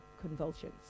convulsions